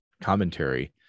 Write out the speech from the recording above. commentary